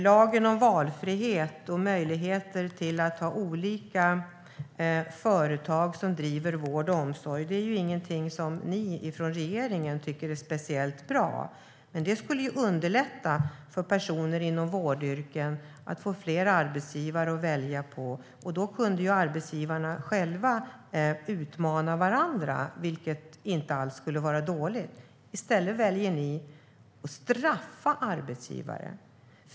Lagen om valfrihet och möjligheterna att ha olika företag som driver vård och omsorg är ingenting som ni från regeringen tycker är speciellt bra. Men det skulle underlätta för personer inom vårdyrken om de fick fler arbetsgivare att välja på. Då kunde arbetsgivarna själva utmana varandra, vilket inte alls skulle vara dåligt. I stället väljer ni att straffa arbetsgivare.